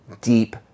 deep